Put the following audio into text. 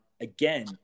Again